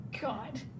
God